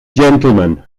gentlemen